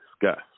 discuss